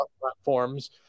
platforms